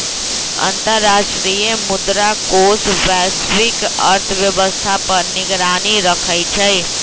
अंतर्राष्ट्रीय मुद्रा कोष वैश्विक अर्थव्यवस्था पर निगरानी रखइ छइ